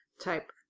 type